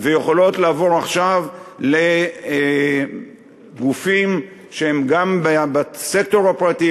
ויכולות לעבור עכשיו לגופים שהם גם בסקטור הפרטי,